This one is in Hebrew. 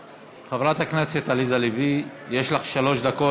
חברת הכנסת עליזה לביא, יש לך שלוש דקות.